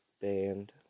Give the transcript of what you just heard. Band